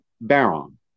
Baron